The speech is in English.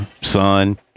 son